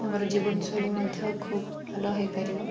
ତାଙ୍କ ଜୀବନଶୈଳୀ ମଧ୍ୟ ଖୁବ୍ ଭଲ ହୋଇପାରିବ